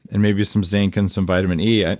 and maybe some zinc and some vitamin e. and